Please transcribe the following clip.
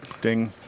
Ding